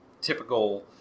typical